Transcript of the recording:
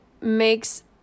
makes